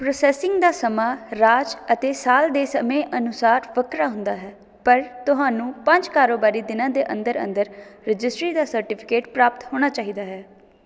processing ਦਾ ਸਮਾਂ ਰਾਜ ਅਤੇ ਸਾਲ ਦੇ ਸਮੇਂ ਅਨੁਸਾਰ ਵੱਖਰਾ ਹੁੰਦਾ ਹੈ ਪਰ ਤੁਹਾਨੂੰ ਪੰਜ ਕਾਰੋਬਾਰੀ ਦਿਨਾਂ ਦੇ ਅੰਦਰ ਅੰਦਰ ਰਜਿਸਟਰੀ ਦਾ ਸਰਟੀਫਿਕੇਟ ਪ੍ਰਾਪਤ ਹੋਣਾ ਚਾਹੀਦਾ ਹੈ